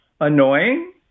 annoying